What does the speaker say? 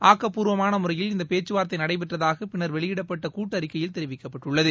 ஆக்கப்பூர்வமான முறையில் இந்த பேச்சுவார்த்தை நடைபெற்றதாக பின்னர் வெளியிடப்பட்ட கூட்டறிக்கையில் தெரிவிக்கப்பட்டுள்ளது